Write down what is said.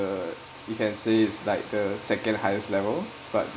you can say it's like the second highest level but